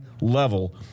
level